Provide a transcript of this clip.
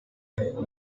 yungamo